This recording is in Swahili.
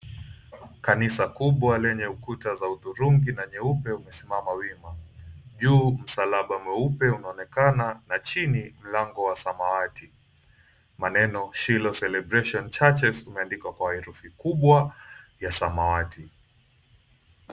Kanisa kubwa lenye ukuta za hudhurungi na nyeupe umesimama wima. Juu msalaba mweupe unaonekana na chini, mlango wa samawati. Maneno Shiloh Celebration Churches imeeandikwa kwa herufi kubwa ya samawati.